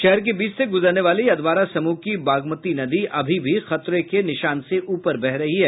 शहर के बीच से गुजरने वाली अधवारा समूह की बागमती नदी अभी भी खतरे के निशान से ऊपर बह रही है